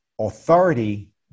authority